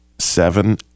seven